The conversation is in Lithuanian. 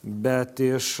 bet iš